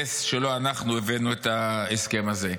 נס שלא אנחנו הבאנו את ההסכם הזה.